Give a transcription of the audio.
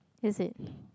is it